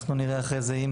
אנחנו נראה אחרי זה אם